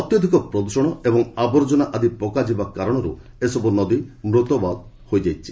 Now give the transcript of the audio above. ଅତ୍ୟଧିକ ପ୍ରଦୂଷଣ ଏବଂ ଆବର୍ଜନା ଆଦି ପକାଯିବା କରଣରୁ ଏସବୁ ନଦୀ ମୃତପ୍ରାୟ ହୋଇଯାଇଛି